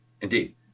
Indeed